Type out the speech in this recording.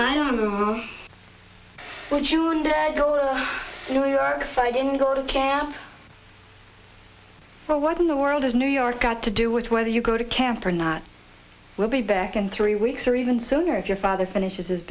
i don't know what you go on new york's i didn't go to camp for what in the world is new york got to do with whether you go to camp or not we'll be back in three weeks or even sooner if your father finishes his